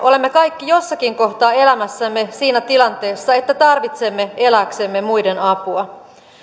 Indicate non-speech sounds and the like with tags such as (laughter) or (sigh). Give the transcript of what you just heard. (unintelligible) olemme kaikki jossakin kohtaa elämässämme siinä tilanteessa että tarvitsemme elääksemme muiden apua